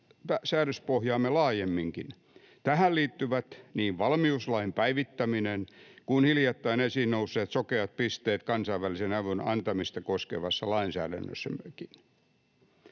säädöspohjaamme laajemminkin. Tähän liittyvät niin valmiuslain päivittäminen kuin hiljattain esiin nousseet sokeat pisteet kansainvälisen avun antamista koskevassa lainsäädännössämmekin.